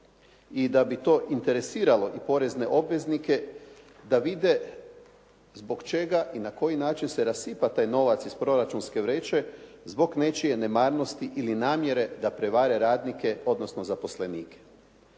i da bi to interesiralo i porezne obveznike da vide zbog čega i na koji način se rasipa taj novac iz proračunske vreće zbog nečije nemarnosti ili namjere da prevare radnike odnosno zaposlenike.